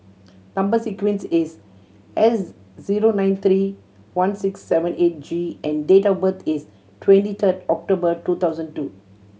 number sequence is S zero nine three one six seven eight G and date of birth is twenty third October two thousand two